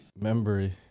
Memory